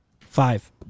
Five